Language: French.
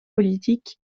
politiques